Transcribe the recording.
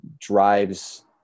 drives